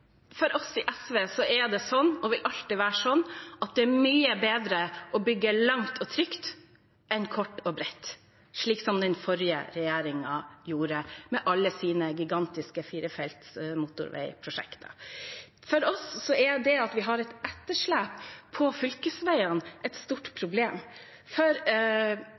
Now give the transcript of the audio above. For oss i SV er det sånn – og vil alltid være sånn – at det er mye bedre å bygge langt og trygt enn kort og bredt, slik som den forrige regjeringen gjorde med alle sine gigantiske firefelts motorveiprosjekter. For oss er det at vi har et etterslep på fylkesveiene, et stort problem.